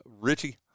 Richie